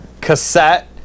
Cassette